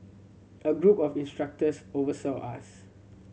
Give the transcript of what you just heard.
a group of instructors oversaw us